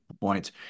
points